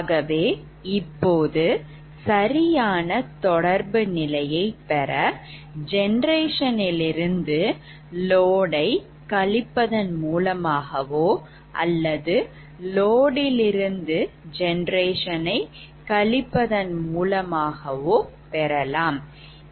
ஆகவே இப்போது சரியான தொடர்பு நிலையை பெற generation லிருந்து load டை சுமை கழிப்பதன் மூலமாகவோ அல்லது load லிருந்து generationனை கழிப்பதன் மூலம் இதை பெறலாம்